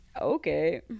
Okay